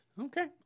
Okay